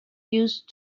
used